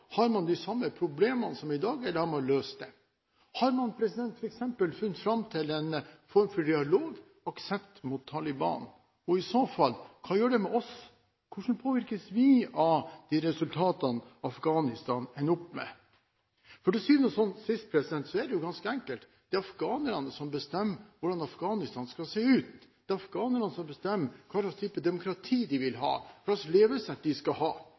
har man de samme problemene som i dag, eller har man løst dem? Har man f.eks. funnet fram til en form for dialog, en aksept for Taliban, og hva gjør det i så fall med oss? Hvordan påvirkes vi av de resultatene som Afghanistan ender opp med? Til syvende og sist er det jo ganske enkelt: Det er afghanerne som bestemmer hvordan Afghanistan skal se ut, det er afghanerne som bestemmer hvilken type demokrati de vil ha, hva slags levesett de skal ha.